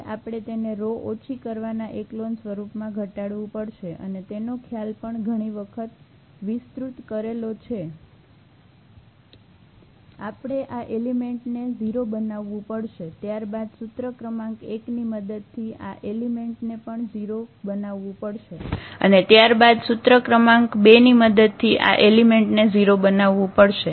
હવે આપણે તેને રો ઓછી કરવાના એકલોન સ્વરૂપમાં ઘટાડવું પડશે અને તેનો ખ્યાલ પણ ઘણી વખત વિસ્તૃત કરેલો છે આપણે આ એલિમેન્ટને 0 બનાવવું પડશે ત્યારબાદ સૂત્ર ક્રમાંક 1 ની મદદ થી આ એલિમેન્ટને પણ 0 બનાવવું પડશે અને ત્યારબાદ સૂત્ર ક્રમાંક 2 ની મદદ થી આ એલિમેન્ટને 0 બનાવવું પડશે